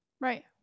Right